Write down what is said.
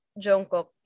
Jungkook